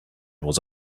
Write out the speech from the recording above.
was